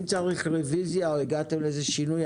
אם צריך רוויזיה או הגעתם לאיזה שינוי,